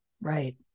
Right